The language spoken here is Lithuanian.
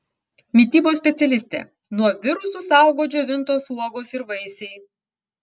mitybos specialistė nuo virusų saugo džiovintos uogos ir vaisiai